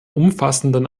umfassenden